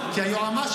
אתה יודע מה הבעיה שלי?